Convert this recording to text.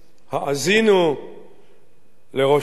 האזינו לראש השב"כ,